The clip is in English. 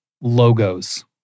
logos